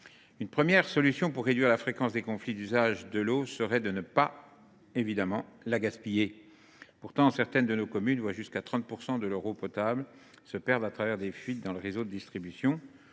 Une première solution pour réduire la fréquence des conflits d’usage serait de ne pas gaspiller la ressource. Pourtant, certaines de nos communes voient jusqu’à 30 % de leur eau potable se perdre au travers de fuites dans les réseaux de distribution.